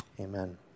Amen